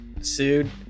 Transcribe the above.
sued